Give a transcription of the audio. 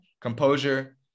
Composure